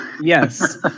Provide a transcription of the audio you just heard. Yes